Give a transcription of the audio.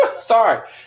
Sorry